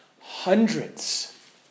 Hundreds